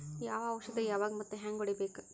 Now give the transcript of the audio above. ಯಾವ ಔಷದ ಯಾವಾಗ ಮತ್ ಹ್ಯಾಂಗ್ ಹೊಡಿಬೇಕು?